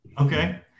Okay